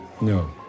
No